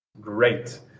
Great